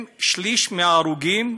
הם שליש מההרוגים,